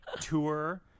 tour